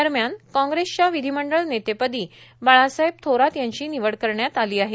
दरम्यान काँग्रेसच्या विधीमंडळ नेतेपदी बाळासाहेब थोरात यांची निवड करण्यात आली आहे